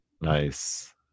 Nice